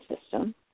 system